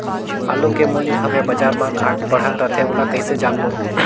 आलू के मूल्य हवे बजार मा घाट बढ़ा रथे ओला कइसे जानबो?